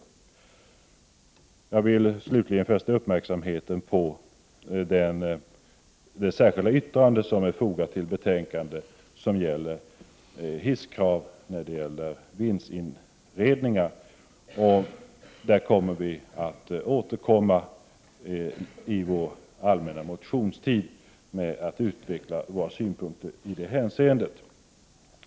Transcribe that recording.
Slutligen vill jag fästa uppmärksamheten på det särskilda yttrande som är fogat till betänkandet och som rör hisskrav när det gäller vindsinredningar. Vi återkommer under den allmänna motionstiden och utvecklar våra synpunkter i det hänseendet.